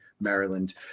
Maryland